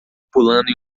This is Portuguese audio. pulando